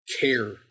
care